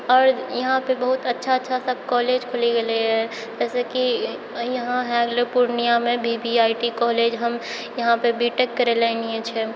आओर इहाँपे बहुत अच्छा अच्छा सब कॉलेज खुलि गेलैए जैसे कि इहाँ हय गेलै पूर्णियामे V V I T college हम इहाँपे बी टेक करै लए एलियै छै